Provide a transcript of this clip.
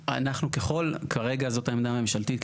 כרגע זו העמדה הממשלתית,